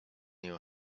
your